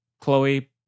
Chloe